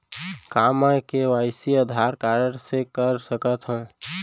का मैं KYC Aadhaar card से कर सकत हो?